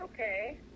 Okay